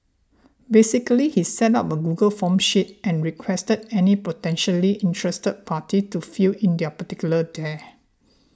basically he set up a Google Forms sheet and requested any potentially interested parties to fill in their particulars there